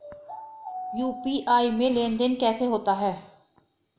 UPI में लेनदेन कैसे होता है?